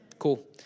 cool